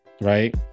Right